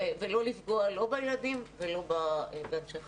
ולא לפגוע, לא בילדים ולא באנשי החינוך.